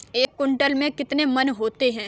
एक क्विंटल में कितने मन होते हैं?